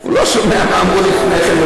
הוא לא שמע מה אמרו לפני כן.